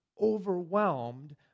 overwhelmed